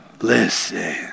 Listen